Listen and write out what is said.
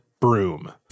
broom